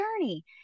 journey